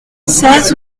seize